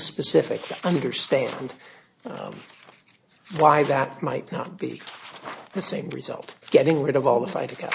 specific to understand why that might not be the same result getting rid of all the fight against